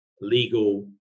legal